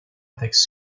ethics